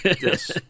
Yes